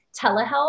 telehealth